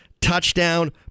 touchdown